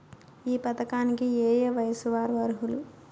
ఈ పథకానికి ఏయే వయస్సు వారు అర్హులు?